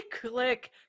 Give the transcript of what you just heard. Click